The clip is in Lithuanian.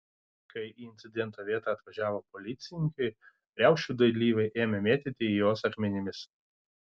kai į incidento vietą atvažiavo policininkai riaušių dalyviai ėmė mėtyti į juos akmenis